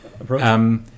approach